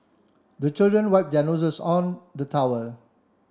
the children wipe their noses on the towel